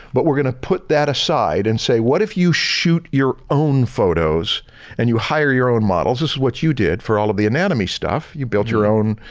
but we're gonna put that aside and say what if you shoot your own photos and you hire your own models this is what you did for all of the anatomy stuff, you build your own